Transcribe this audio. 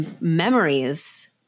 memories